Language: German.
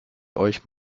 euch